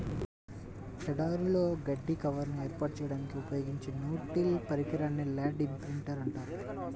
ఎడారులలో గడ్డి కవర్ను ఏర్పాటు చేయడానికి ఉపయోగించే నో టిల్ పరికరాన్నే ల్యాండ్ ఇంప్రింటర్ అంటారు